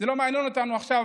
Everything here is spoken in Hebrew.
זה לא מעניין אותנו עכשיו,